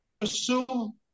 assume